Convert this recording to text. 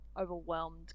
overwhelmed